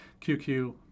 QQ